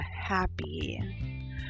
happy